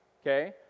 okay